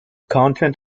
content